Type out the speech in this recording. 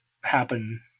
happen